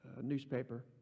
newspaper